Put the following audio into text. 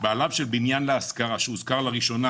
בעליו של בניין להשכרה שהושכר לראשונה